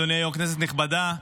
אדוני היו"ר, כנסת נכבדה,